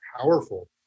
powerful